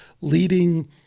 leading